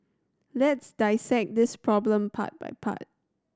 let's dissect this problem part by part